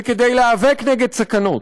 וכדי להיאבק בסכנות.